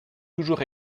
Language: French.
toujours